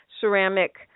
ceramic